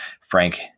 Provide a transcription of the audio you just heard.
Frank